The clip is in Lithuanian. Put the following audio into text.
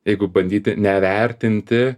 jeigu bandyti nevertinti